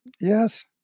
Yes